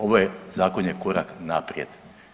Ovo je, zakon je korak naprijed.